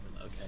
okay